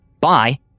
Bye